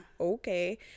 okay